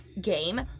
game